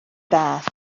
fath